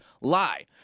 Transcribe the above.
lie